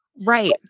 Right